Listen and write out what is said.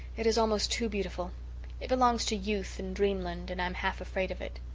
it is almost too beautiful it belongs to youth and dreamland and i'm half afraid of it.